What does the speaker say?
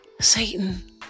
Satan